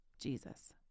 Jesus